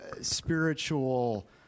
spiritual